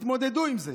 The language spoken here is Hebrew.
תתמודדו עם זה.